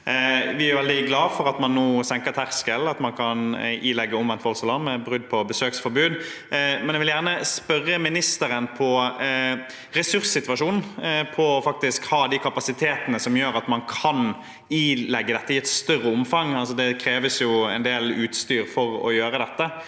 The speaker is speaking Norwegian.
Vi er veldig glad for at man nå senker terskelen, slik at man kan ilegge omvendt voldsalarm ved brudd på besøksforbud. Men jeg vil gjerne spørre ministeren om ressurssituasjonen, om man faktisk har de kapasitetene som gjør at man kan ilegge dette i et større omfang, for det kreves jo en del utstyr for å gjøre det.